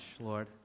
Lord